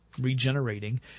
regenerating